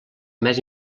més